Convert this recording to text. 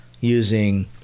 using